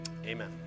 Amen